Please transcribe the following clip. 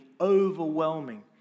overwhelming